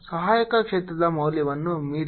ಸಹಾಯಕ ಕ್ಷೇತ್ರದ ಮೌಲ್ಯವನ್ನು ಮೀರಿದೆ